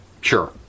Sure